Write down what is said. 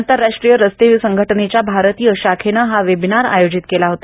आंतरराष्ट्रीय रस्ते संघटनेच्या भारतीय शाखेनं हा वेबिनार आयोजित केला होता